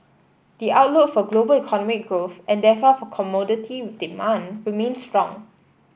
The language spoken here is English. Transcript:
the outlook for global economy growth and therefore for commodity demand remain strong